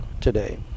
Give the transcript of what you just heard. today